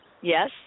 Yes